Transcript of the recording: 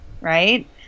right